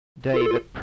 David